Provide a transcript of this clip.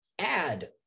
add